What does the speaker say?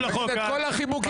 600-500 מיליון שקל.